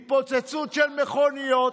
התפוצצות של מכוניות,